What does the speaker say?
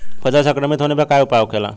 फसल संक्रमित होने पर क्या उपाय होखेला?